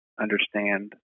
understand